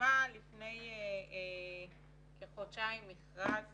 פרסמה לפני כחודשיים מכרז